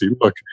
look